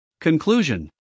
Conclusion